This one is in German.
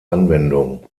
anwendung